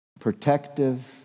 protective